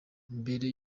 mbere